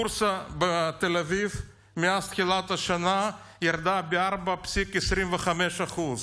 הבורסה בתל אביב ירדה ב-4.25% מאז תחילת השנה.